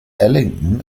ellington